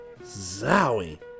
Zowie